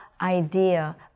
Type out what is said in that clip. idea